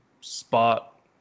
spot